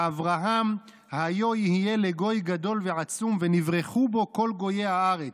"ואברהם היו יהיה לגוי גדול ועצום ונברכו בו כל גויי הארץ,